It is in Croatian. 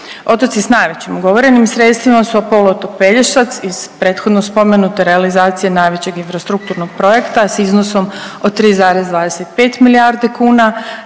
Otoci s najvećim ugovorenim sredstvima su poluotok Pelješac iz prethodno spomenute realizacije najvećeg infrastrukturnog projekta s iznosom od 3,25 milijardi kuna,